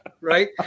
right